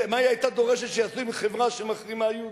מה היא היתה דורשת שיעשו עם חברה שמחרימה יהודים?